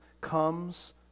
comes